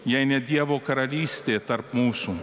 jei ne dievo karalystė tarp mūsų